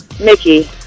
Mickey